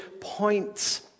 points